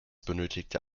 benötigte